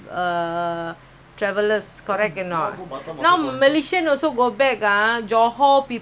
also go back ah johor people only can stay in their home I heard lah then they cannot go back to